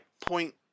point